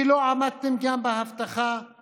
כי לא עמדתם גם בהבטחה לא